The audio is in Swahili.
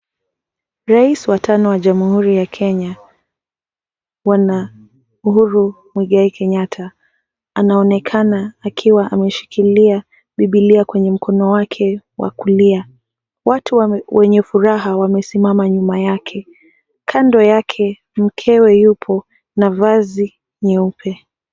Rais wa tano wa jamhuri ya Kenya, bwana Uhuru Muigai Kenyatta, anaonekana akiwa ameshikilia Bibilia kwenye mkono wake wa kulia. Watu wenye furaha wasimama nyuma yake. Kando yake mkewe yupo na vazi meupe.